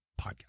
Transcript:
podcast